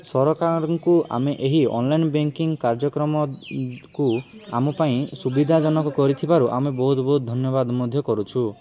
ସରକାରଙ୍କୁ ଆମେ ଏହି ଅନ୍ଲାଇନ୍ ବ୍ୟାଙ୍କିଂ କାର୍ଯ୍ୟକ୍ରମକୁ ଆମ ପାଇଁ ସୁବିଧାଜନକ କରିଥିବାରୁ ଆମେ ବହୁତ ବହୁତ ଧନ୍ୟବାଦ ମଧ୍ୟ କରୁଛୁ